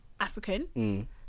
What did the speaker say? African